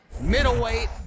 middleweight